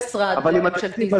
זה